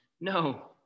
No